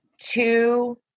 two